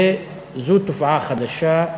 זו תופעה חדשה,